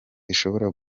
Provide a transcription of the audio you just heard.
zishobora